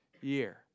year